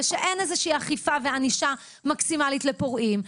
ושאין איזושהי אכיפה וענישה מקסימלית לפורעים.